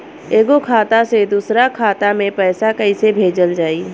एगो खाता से दूसरा खाता मे पैसा कइसे भेजल जाई?